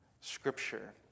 scripture